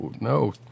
no